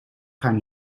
gaan